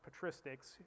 patristics